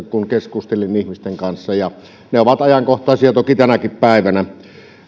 kun keskustelin ihmisten kanssa ne ovat ajankohtaisia toki tänäkin päivänä